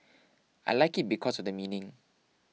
I like it because of the meaning